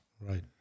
right